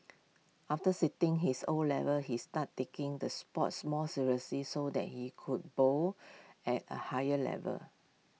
after sitting his O levels he started taking the sports more seriously so that he could bowl at A higher level